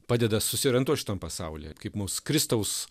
padeda susiorientuot šitam pasaulyje kaip mums kristaus